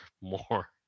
more